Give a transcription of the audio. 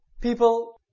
people